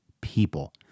people